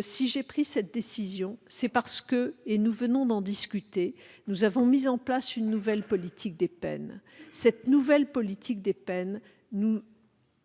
Si j'ai pris cette décision, c'est parce que- nous venons d'en discuter -nous avons mis en place une nouvelle politique des peines qui, nous le savons, aura